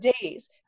days